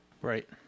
Right